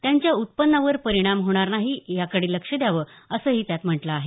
त्यांच्या उत्पन्नावर परिणाम होणार नाही याकडे लक्ष द्यावे असंही त्यात म्हटलं आहे